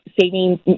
saving